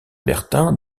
bertin